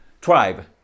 Tribe